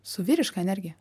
su vyriška energija